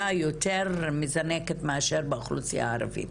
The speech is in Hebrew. יותר מזנקת מאשר באוכלוסייה הערבית.